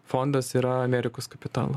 fondas yra amerikos kapitalo